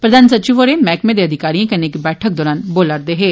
प्रधान सचिव होर मैहकमे दे अधिकारियें कन्नै इक बैठक दौरान बोला रदे हे